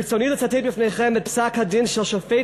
ברצוני לצטט בפניכם את פסק-הדין של שופט